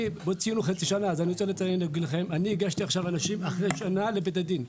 אני הגשתי עכשיו אנשים אחרי שנה לבית הדין.